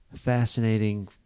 fascinating